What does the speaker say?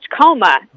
coma